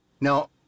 now